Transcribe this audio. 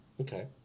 okay